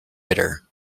bitter